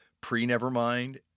pre-Nevermind